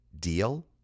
deal